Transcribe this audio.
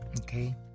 Okay